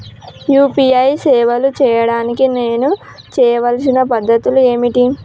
UPI సేవలు చేయడానికి నేను చేయవలసిన పద్ధతులు ఏమిటి?